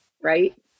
Right